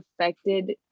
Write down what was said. affected